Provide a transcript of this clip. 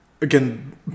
again